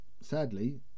Sadly